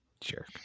Jerk